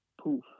poof